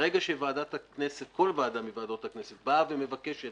ברגע שוועדת הכנסת כל ועדה מוועדות הכנסת באה ומבקשת